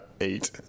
Eight